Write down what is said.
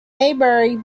maybury